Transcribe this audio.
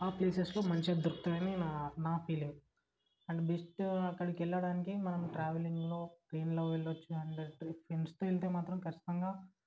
ఆ ప్లేసెస్లో మంచిగా దొరుకుతాదని నా నా ఫీలింగ్ అండ్ బెస్ట్ అక్కడికి వెళ్ళడానికి మనం ట్రావెలింగ్లో ట్రైన్లో వెళ్ళచ్చు అండ్ ఫ్రెండ్స్తో వెళ్తే మాత్రం ఖచ్చితంగా